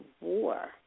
war